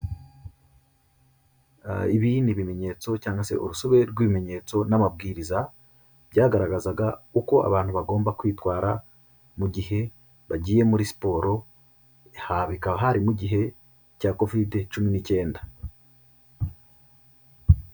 Ibi ni ibimenyetso cyangwa se urusobe rw'ibimenyetso n'amabwiriza, byagaragazaga uko abantu bagomba kwitwara mu gihe bagiye muri siporo. Bikaba hari mu igihe cya covid cumi n'icyenda.